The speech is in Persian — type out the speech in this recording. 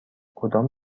کدام